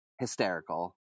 hysterical